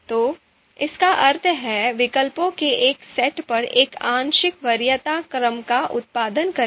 तो इसका अर्थ है विकल्पों के एक सेट पर एक आंशिक वरीयता क्रम का उत्पादन करना